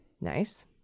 Nice